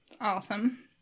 awesome